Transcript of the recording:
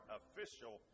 official